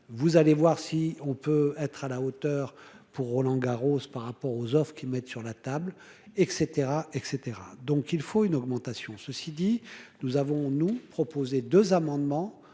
vous allez voir si on peut être à la hauteur pour Roland Garros par rapport aux offres qui mettent sur la table et cetera, et cetera, donc il faut une augmentation, ceci dit, nous avons nous proposé 2 amendements